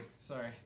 sorry